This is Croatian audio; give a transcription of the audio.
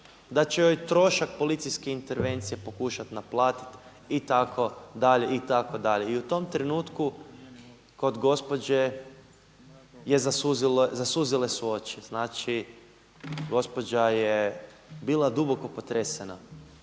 da će joj trošak policijske intervencije pokušati naplatiti itd., itd. I u tom trenutku kod gospođe su zasuzile oči, znači gospođa je bila duboko potresena.